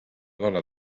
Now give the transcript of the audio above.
dona